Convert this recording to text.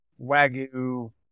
wagyu